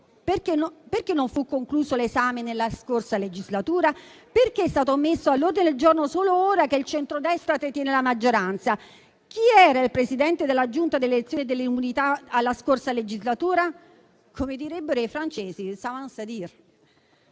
l'esame non fu concluso nella scorsa legislatura? Perché è stato messo all'ordine del giorno solo ora che il centrodestra detiene la maggioranza? Chi era il Presidente della Giunta delle elezioni e delle immunità parlamentari nella scorsa legislatura? Come direbbero i francesi, *ça va sans dire.*